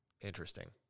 Interesting